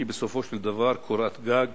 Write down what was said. כי בסופו של דבר קורת גג